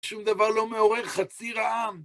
שום דבר לא מעורר חציר העם.